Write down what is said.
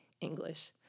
English